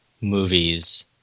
movies